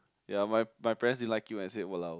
ya my my parents didn't like it when I say !walao!